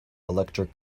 electric